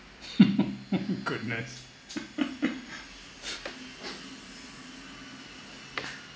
goodness